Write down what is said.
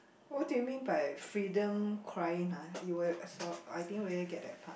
what do you mean by freedom crying ah you will I didn't really get that part